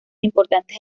importantes